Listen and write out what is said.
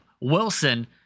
Wilson